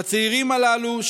לצעירים הללו,